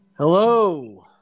Hello